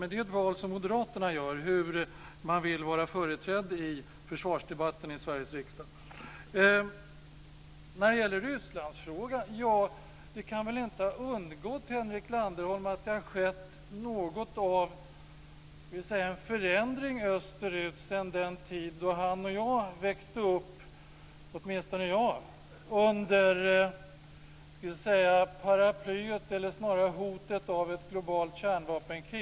Men Moderaterna väljer själva hur man vill vara företrädda i försvarsdebatten i Sveriges riksdag. Det kan väl inte ha undgått Henrik Landerholm att det har skett en förändring österut sedan den tid då han och jag växte upp, åtminstone jag, under hotet av ett globalt kärnvapenkrig.